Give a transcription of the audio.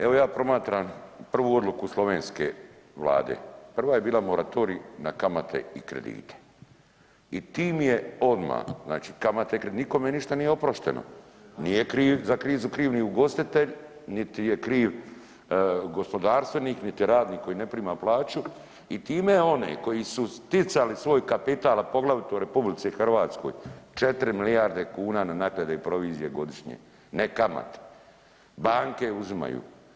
Evo ja promatram prvu odluku slovenske vlade, prva je bila moratorij na kamate i kredite i tim je odmah znači nikome ništa nije oprošteno, nije kriv za krizu kriv ni ugostitelj niti je kriv gospodarstvenik, niti radnik koji ne prima plaću i time one koji su sticali svoj kapital, a poglavito u RH četiri milijarde kuna na naknade i provizije godišnje, ne kamate, banke uzimaju.